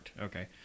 okay